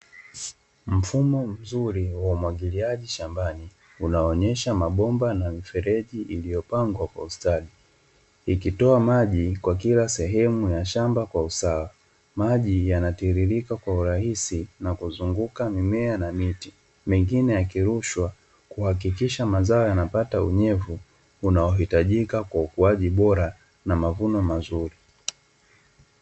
Mfumo mzuri wa umwagiliaji shambani unaonyesha mabomba na mifereji iliyopangwa kwa ustadi ikitoa maji kwa kila sehemu ya shamba kwa usawa. Maji yanatiririka kwa urahisi na kuzunguka mimea na miti, mingine yakirushwa kuhakikisha mazao yanapata unyevu unaohitajika kwa ukuaji bora na mavuno mazuri.